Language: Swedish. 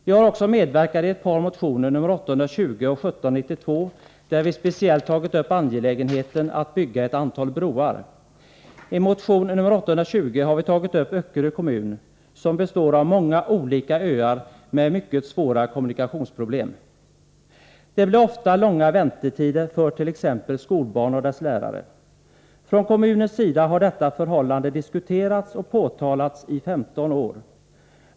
Jag har också medverkat i ett par motioner, nr 820 och 1792, där vi - Nr 146 speciellt tagit upp angelägenheten av att bygga ett antal broar. I motion 820 har vi tagit upp Öckerö kommun, som består av många olika öar med mycket svåra kommunikationsproblem. Det blir ofta långa väntetider för t.ex. skolbarn och deras lärare. Från kommunens sida har detta förhållande diskuterats och påtalats i 15 år.